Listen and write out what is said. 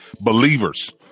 Believers